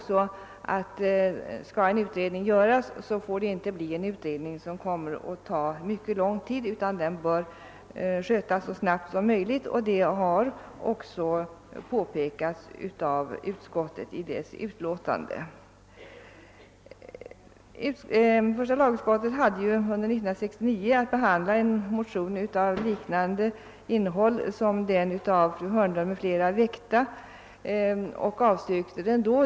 Skall en utredning göras, får det inte bli en utredning som kommer att ta mycket lång tid, utan den bör genomföras så snabbt som möjligt. Detta har också påpekats av utskottet i dess utlåtande. Under 1969 hade första lagutskottet att behandla en motion av liknande innehåll som den fru Hörnlund m.fl. har väckt. Utskottet avstyrkte då motionen.